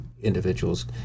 individuals